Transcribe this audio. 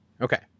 Okay